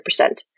100%